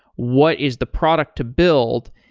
what is the product to build?